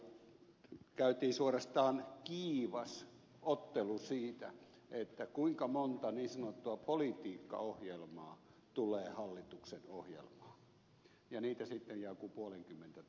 silloin kun käytiin hallitusneuvotteluja käytiin suorastaan kiivas ottelu siitä kuinka monta niin sanottua politiikkaohjelmaa tulee hallituksen ohjelmaan ja niitä sitten joku puolenkymmentä tuli